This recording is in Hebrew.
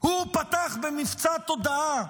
הוא פתח במבצע תודעה